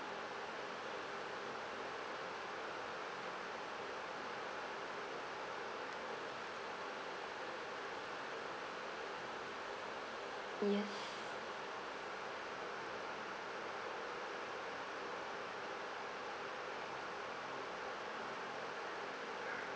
yes